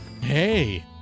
Hey